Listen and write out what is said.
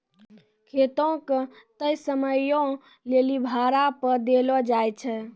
खेतो के तय समयो लेली भाड़ा पे देलो जाय छै